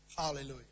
Hallelujah